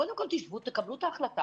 קודם כול, תשבו, תקבלו את החלטות